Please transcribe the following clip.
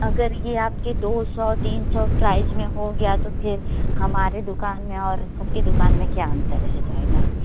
अगर ये आपके दो सौ तीन सौ प्राइस में हो गया तो फिर हमारी दुकान में और सबकी दुकान में क्या अंतर रह जाएगा